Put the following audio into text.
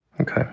okay